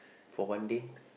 for one day